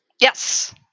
Yes